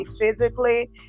physically